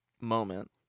moment